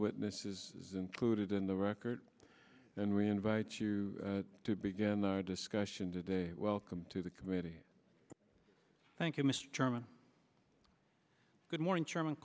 witnesses is included in the record and re invites you to begin the discussion today welcome to the committee thank you mr chairman good morning chairman